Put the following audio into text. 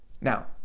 Now